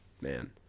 Man